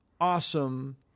awesome